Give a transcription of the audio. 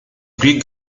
greek